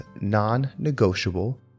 non-negotiable